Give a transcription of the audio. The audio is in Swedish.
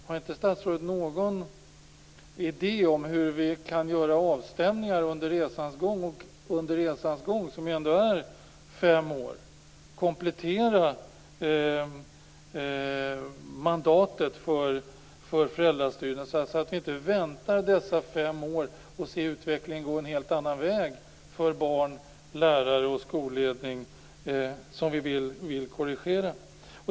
Har inte statsrådet någon idé om hur vi kan göra avstämningar under resans gång, som ändå är fem år? Man kan komplettera mandatet för föräldrastyrelserna, så att vi inte väntar dessa fem år och får se utvecklingen gå en helt annan väg för barn, lärare och skolledning som vi vill korrigera.